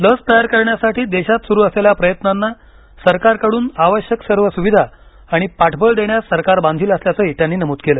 लस तयार करण्यासाठी देशात सुरू असलेल्या प्रयत्नांना सरकारकडून आवश्यक सर्व सुविधा आणि पाठबळ देण्यास सरकार बांधील असल्याचंही त्यांनी नमूद केलं